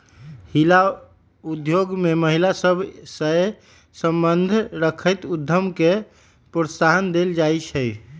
हिला उद्योग में महिला सभ सए संबंध रखैत उद्यम के प्रोत्साहन देल जाइ छइ